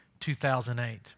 2008